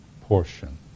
portion